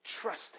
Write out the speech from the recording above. trust